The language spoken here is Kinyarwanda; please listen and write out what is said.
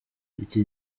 iki